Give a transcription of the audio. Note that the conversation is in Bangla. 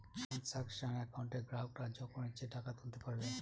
ট্রানসাকশান একাউন্টে গ্রাহকরা যখন ইচ্ছে টাকা তুলতে পারবে